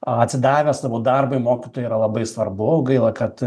atsidavę savo darbui mokytojai yra labai svarbu gaila kad